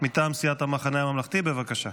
מטעם סיעת המחנה הממלכתי, בבקשה.